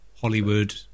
hollywood